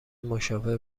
مشاور